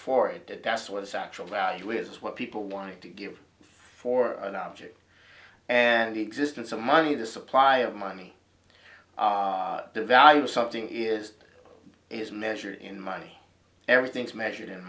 for it that's what it's actual value is what people want to give for an object and the existence of money the supply of money the value of something is is measured in money everything's measured